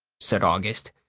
said august.